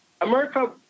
America